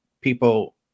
people